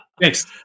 thanks